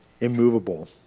immovable